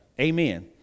Amen